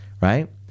right